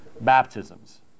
baptisms